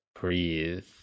breathe